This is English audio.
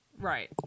right